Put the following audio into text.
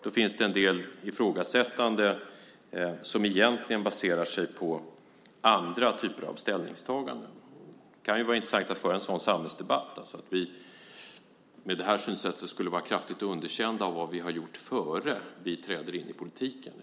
Då finns det en del ifrågasättanden som egentligen baserar sig på andra typer av ställningstaganden. Det kan vara intressant att föra en sådan samhällsdebatt. Med det här synsättet skulle vi vara kraftigt underkända på grund av det vi har gjort före det att vi träder in i politiken.